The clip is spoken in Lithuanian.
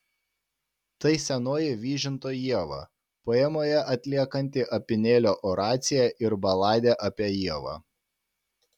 tai senoji vyžinto ieva poemoje atliekanti apynėlio oraciją ir baladę apie ievą